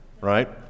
right